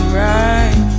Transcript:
right